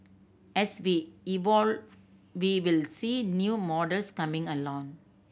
as we evolve we will see new models coming along